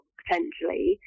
potentially